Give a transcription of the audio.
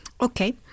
Okay